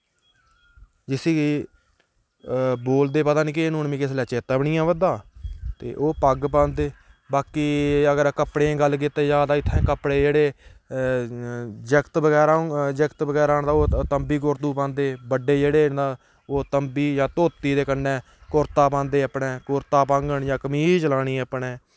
जिसी कि बोलदे पता नी केह् न हून मिगी इसलै चेत्ता बी नी अवा दा ते ओह् पग्ग पांदे बाकी अगर कपड़ें दी गल्ल कीती जा तां इत्थें कपड़े जेह्ड़े जागत बगैरा न जागत बगैरा न ओह् तंबी कुर्तू पांदे बड्डे जेह्ड़े न तां ओह् तंबी जां धोती दे कन्नै कुर्ता पांदे अपने कुर्ता पाङन जां कमीज लानी अपने